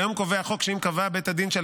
כיום קובע החוק שאם קבע בית הדין שעל